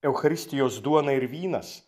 eucharistijos duona ir vynas